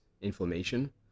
inflammation